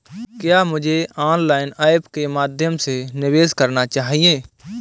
क्या मुझे online apps के माध्यम से निवेश करना चाहिए?